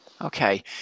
okay